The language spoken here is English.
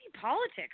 politics